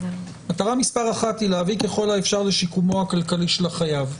מטרה מספר אחת היא להביא ככל האפשר לשיקומו הכלכלי של החייב.